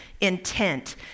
intent